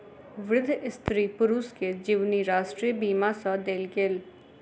वृद्ध स्त्री पुरुष के जीवनी राष्ट्रीय बीमा सँ देल गेल